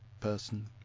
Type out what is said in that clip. person